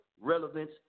relevance